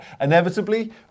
Inevitably